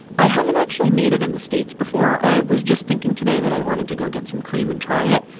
i haven't actually made it in the states before. i was just thinking today that i wanted to go get some cream and try it.